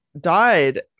died